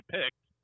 picked